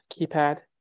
keypad